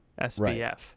sbf